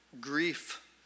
grief